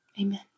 Amen